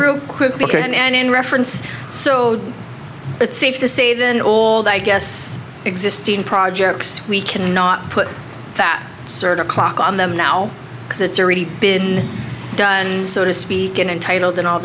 around and in reference so it's safe to say then old i guess existing projects we cannot put that sort of clock on them now because it's already been done so to speak in entitled in all